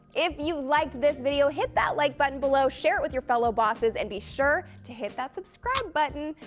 if you liked this video, hit that like button below, share it with your fellow bosses and be sure to hit that subscribe button,